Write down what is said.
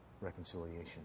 Reconciliation